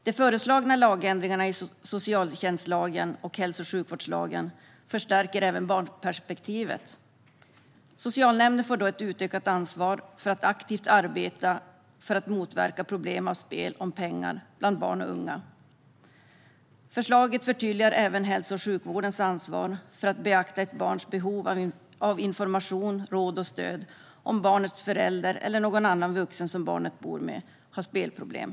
De föreslagna lagändringarna i socialtjänstlagen och hälso och sjukvårdslagen förstärker även barnperspektivet. Socialnämnden får ett utökat ansvar för att aktivt motverka problem med spel om pengar bland barn och unga. Förslaget förtydligar även hälso och sjukvårdens ansvar att beakta ett barns behov av information, råd och stöd om barnets förälder eller någon annan vuxen som barnet bor med har spelproblem.